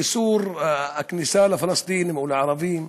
איסור כניסה לפלסטינים או לערבים.